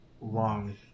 long